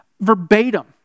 verbatim